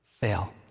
fail